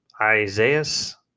Isaiah's